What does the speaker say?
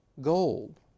gold